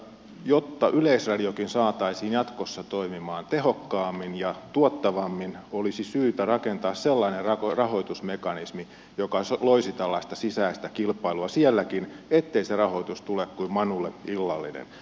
jotta yleisradiokin saataisiin jatkossa toimimaan tehokkaammin ja tuottavammin minusta olisi syytä rakentaa sellainen rahoitusmekanismi joka loisi tällaista sisäistä kilpailua sielläkin ettei se rahoitus tule kuin manulle illallinen